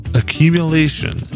accumulation